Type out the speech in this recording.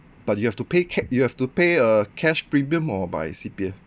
but you have to pay ca~ you have to pay a cash premium or by C_P_F